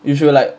you should like